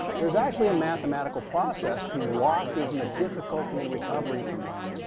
there's actually a mathematical process to losses and the difficulty in recovering from those.